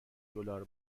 دلار